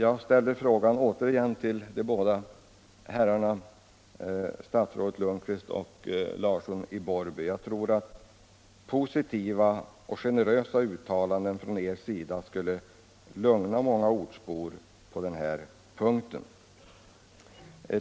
Jag ställer återigen frågan till de båda herrarna statsrådet Lundkvist och Larsson i Borrby. Jag tror att positiva och generösa uttalanden av er er här i debatten skulle lugna många ortsbor som nu känner oro för tolkningen av lagen.